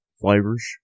flavors